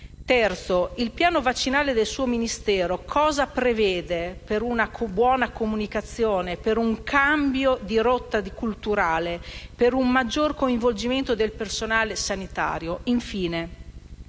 luogo, il piano vaccinale del suo Ministero cosa prevede per una buona comunicazione, per un cambio di rotta culturale, per un maggiore coinvolgimento del personale sanitario? Infine,